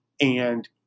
and-